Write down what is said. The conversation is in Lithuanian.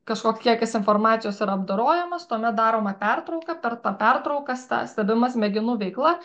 kažkoks kiekis informacijos yra apdorojamas tuomet daroma pertrauka per tą pertrauką ste stebima smegenų veikla